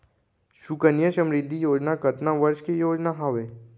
सुकन्या समृद्धि योजना कतना वर्ष के योजना हावे?